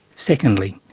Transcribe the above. secondly,